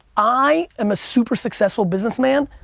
i am a super successful business man,